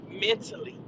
mentally